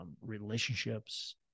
relationships